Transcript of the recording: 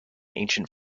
ancient